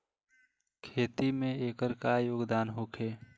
खेती में एकर का योगदान होखे?